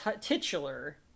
titular